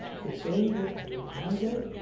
the day that you my day?